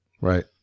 right